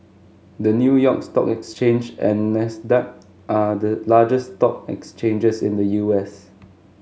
the New York Stock Exchange and Nasdaq are the largest stock exchanges in the U S